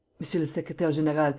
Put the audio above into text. monsieur le secretaire-general,